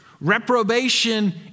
Reprobation